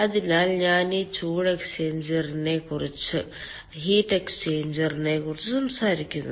അതിനാൽ ഞാൻ ഈ ചൂട് എക്സ്ചേഞ്ചറിനെക്കുറിച്ചാണ് സംസാരിക്കുന്നത്